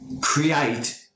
create